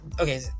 Okay